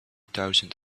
thousand